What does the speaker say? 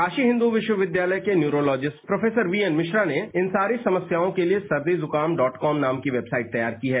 काशी हिंदू विश्वविद्यालय के neurologist professor VN Mishra ने इन सारी समस्याओं के लिए सर्दी जुकाम डॉट कॉम नाम की वेबसाइट तैयार की है